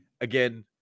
again